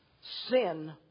sin